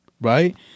right